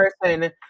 person